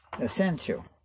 essential